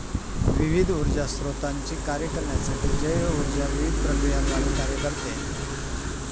विविध ऊर्जा स्त्रोतांचे कार्य करण्यासाठी जैव ऊर्जा विविध प्रक्रियांद्वारे कार्य करते